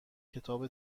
کتاب